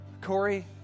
Corey